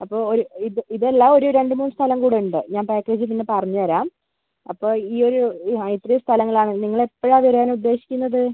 അപ്പോൾ ഒരു ഇത് ഇതല്ലാ ഒരു രണ്ട് മൂന്ന് സ്ഥലം കൂടുണ്ട് ഞാൻ പാക്കേജ് പിന്നെ പറഞ്ഞ് തരാം അപ്പോൾ ഈ ഒരു ഇത്രേം സ്ഥലങ്ങളാണ് നിങ്ങൾ എപ്പോഴാണ് വരാൻ ഉദ്ദേശിക്കുന്നത്